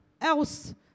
else